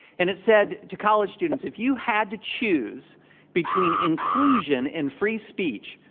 and it said to college students, if you had to choose between inclusion and free speech,